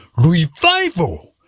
revival